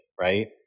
right